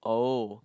oh